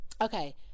Okay